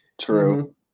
True